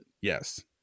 Yes